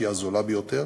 שהיא הזולה ביותר,